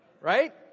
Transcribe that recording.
right